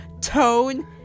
tone